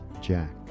Jack